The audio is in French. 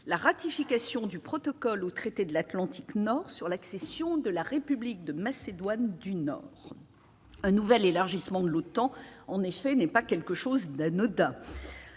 la ratification du protocole au traité de l'Atlantique Nord sur l'accession de la République de Macédoine du Nord. Un nouvel élargissement de l'OTAN, en effet, n'est pas quelque chose d'anodin.